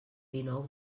dinou